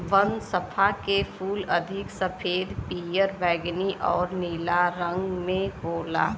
बनफशा के फूल अधिक सफ़ेद, पियर, बैगनी आउर नीला रंग में होला